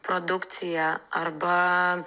produkcija arba